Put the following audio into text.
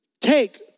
take